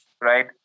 right